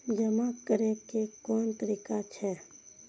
जमा करै के कोन तरीका छै?